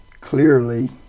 clearly